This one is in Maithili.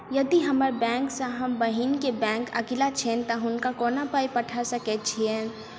यदि हम्मर बैंक सँ हम बहिन केँ बैंक अगिला छैन तऽ हुनका कोना पाई पठा सकैत छीयैन?